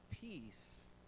peace